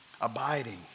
abiding